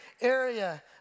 area